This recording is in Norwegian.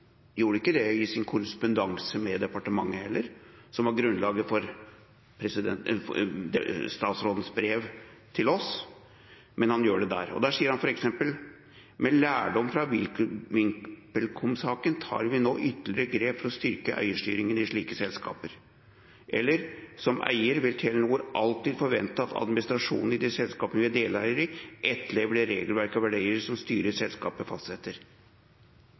det heller ikke i sin korrespondanse med departementet, som var grunnlaget for statsrådens brev til oss, men han gjør det der, og der sier han f.eks.: «Med lærdom fra VimpelCom-saken tar vi nå ytterligere grep for å styrke eierstyringen i slike selskaper.» Og: «Som eier vil Telenor alltid forvente at administrasjonen i de selskapene vi er deleier i, etterlever det regelverk og verdier som styret i selskapet fastsetter.»